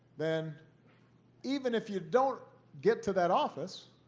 then even if you don't get to that office,